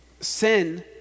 Sin